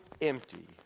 empty